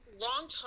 long-term